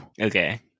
Okay